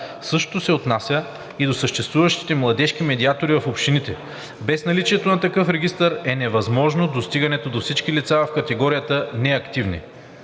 Същото се отнася и до съществуващите младежки медиатори в общините. Без наличието на такъв регистър е невъзможно достигането до всички лица в категорията неактивни.